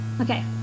Okay